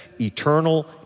eternal